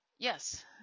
Yes